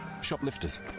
shoplifters